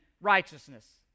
righteousness